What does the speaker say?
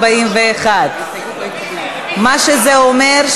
41. מה שזה אומר,